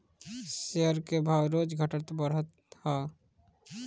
share के भाव रोज घटत बढ़त हअ